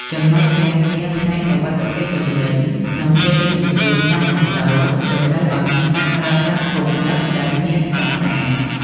ចំណុចរាំងស្ទះផ្នែក "សុវត្ថិភាពទំនិញ" ក្នុងពេលដឹកជញ្ជូនតាមម៉ូតូ តម្រូវឱ្យមានការប្រើប្រាស់ធុងដឹកដែលមានស្ដង់ដារ។